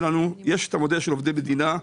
יש את המודל של עובדי מדינה.